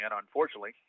unfortunately